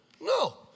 No